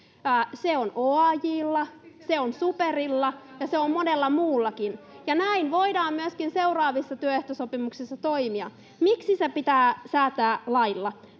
se on Superilla, ja se on monella muullakin, ja näin voidaan myöskin seuraavissa työehtosopimuksissa toimia. Miksi se pitää säätää lailla?